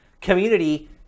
community